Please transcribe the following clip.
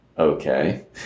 Okay